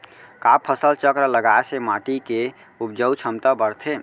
का फसल चक्र लगाय से माटी के उपजाऊ क्षमता बढ़थे?